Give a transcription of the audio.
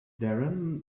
darren